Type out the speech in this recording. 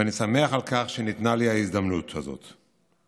ואני שמח על שניתנה לי ההזדמנות הזאת.